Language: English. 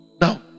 Now